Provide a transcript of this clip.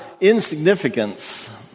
insignificance